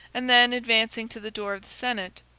and then, advancing to the door of the senate,